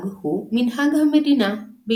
אין מתחשבים בנאמר להלכה במקורות,